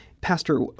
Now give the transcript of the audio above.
Pastor